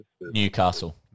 Newcastle